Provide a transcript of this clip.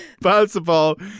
possible